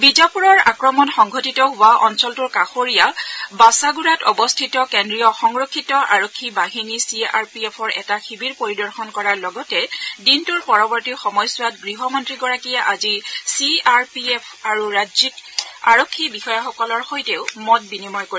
বিজাপুৰৰ আক্ৰমণ সংঘটিত হোৱা অঞ্চলটোৰ কাষৰীয়া বাছাগুড়াত অৱস্থিত কেন্দ্ৰীয় সংৰক্ষিত আৰক্ষী বাহিনী চি আৰ পি এফৰ এটা শিবিৰ পৰিদৰ্শন কৰাৰ লগতে দিনটোৰ পৰৱৰ্তী সময়ছোৱাত গৃহমন্ত্ৰীগৰাকীয়ে আজি চি আৰ পি এফ আৰু ৰাজ্যিক আৰক্ষী বিষয়াসকলৰ সৈতেও মত বিনিময় কৰিব